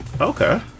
okay